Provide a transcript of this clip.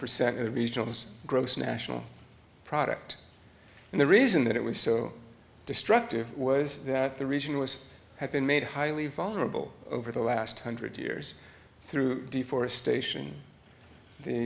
percent of the beatles gross national product and the reason that it was so destructive was that the reason was had been made highly vulnerable over the last hundred years through deforestation the